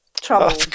trouble